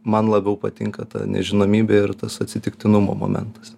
man labiau patinka ta nežinomybė ir tas atsitiktinumo momentas